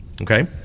okay